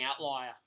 outlier